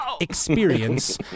experience